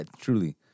truly